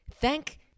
thank